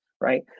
right